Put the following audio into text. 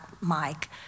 Mike